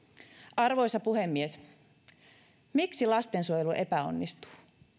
arvoisa puhemies miksi lastensuojelu epäonnistuu